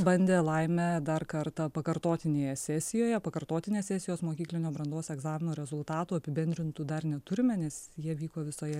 bandė laimę dar kartą pakartotinėje sesijoje pakartotinės sesijos mokyklinio brandos egzamino rezultatų apibendrintų dar neturime nes jie vyko visoje